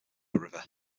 river